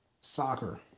Soccer